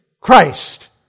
Christ